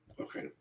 Okay